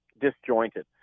disjointed